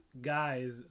guys